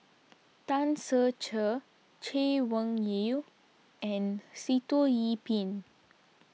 Tan Ser Cher Chay Weng Yew and Sitoh Yih Pin